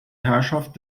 herrschaft